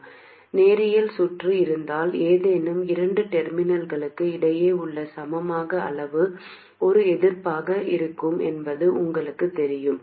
உங்களிடம் நேரியல் சுற்று இருந்தால் ஏதேனும் இரண்டு டெர்மினல்களுக்கு இடையே உள்ள சமமான அளவு ஒரு எதிர்ப்பாக இருக்கும் என்பது உங்களுக்குத் தெரியும்